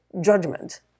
judgment